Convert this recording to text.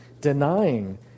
Denying